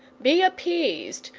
be appeased,